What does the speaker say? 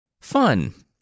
Fun